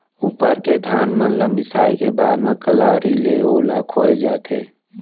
उप्पर के धान मन ल मिसाय के बाद म कलारी ले ओला खोय जाथे